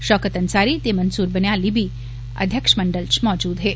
शौकत अंसारी ते मनसूर बनिहाली बी अध्यक्ष मंडल च मौजूद हे